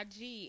IG